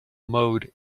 mode